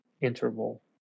interval